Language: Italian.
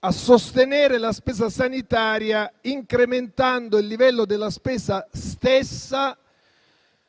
a sostenere la spesa sanitaria, incrementando il livello della spesa stessa,